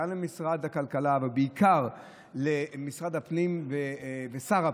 למשרד הכלכלה ובעיקר למשרד הפנים ולשר הפנים,